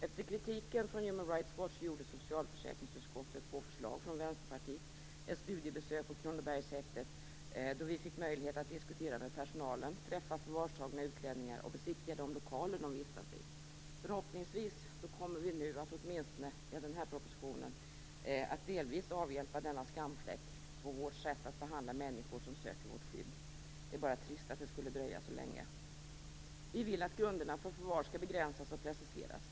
Efter kritiken från Human Rights Watch gjorde vi i socialförsäkringsutskottet på förslag från Vänsterpartiet ett studiebesök på Kronobergshäktet då vi fick möjlighet att diskutera med personalen, träffa förvarstagna utlänningar och besiktiga de lokaler de vistas i. Förhoppningsvis kommer vi nu i och med den här propositionen att åtminstone delvis avhjälpa denna skamfläck på vårt sätt att behandla människor som söker vårt skydd. Det är bara trist att det skulle dröja så länge. Vi i Vänsterpartiet vill att grunderna för förvar skall begränsas och preciseras.